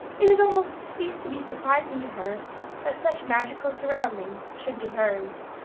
it had almost ceased to be surprising to her that such magical surroundings should be hers.